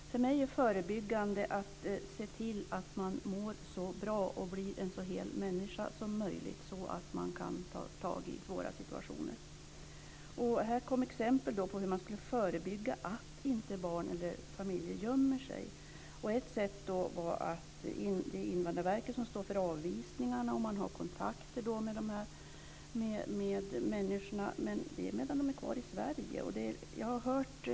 Fru talman! Jag tror att statsrådet och jag har lite olika syn på förebyggande. För mig är förebyggande att se till att man mår så bra och blir en så hel människa som möjligt, så att man kan ta tag i svåra situationer. Här kom exempel på hur man skulle förebygga att barn och familjer gömmer sig. Ett sätt var att Invandrarverket skulle stå för avvisningarna och att man skulle ha kontakter med människorna. Men det är medan de är kvar i Sverige.